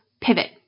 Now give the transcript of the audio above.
pivot